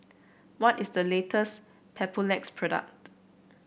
what is the latest Papulex product